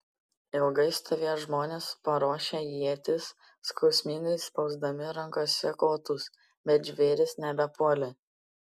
ilgai stovėjo žmonės paruošę ietis skausmingai spausdami rankose kotus bet žvėrys nebepuolė